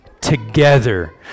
together